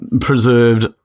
preserved